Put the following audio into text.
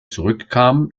zurückkam